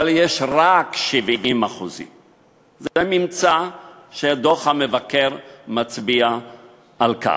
אבל יש רק 70%. זה ממצא שדוח המבקר מצביע עליו.